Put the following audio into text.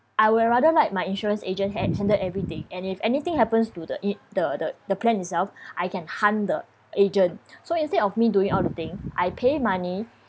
I will rather like my insurance agent ha~ handle everything and if anything happens to the it the the the plan itself I can hunt the agent so instead of me doing all the thing I pay money